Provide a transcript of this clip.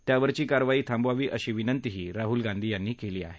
त्यावरची कारवाई थांबवावी अशी विनंतीही राहुल गांधी यांनी केली आहे